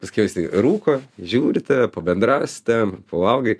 paskiau jisai rūko žiūri į tave pabendrauja su tavim pavalgai